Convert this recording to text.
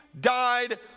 died